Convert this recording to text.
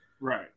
Right